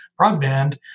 broadband